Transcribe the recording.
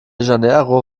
janeiro